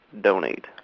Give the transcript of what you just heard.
donate